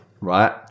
right